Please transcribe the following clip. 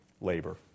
labor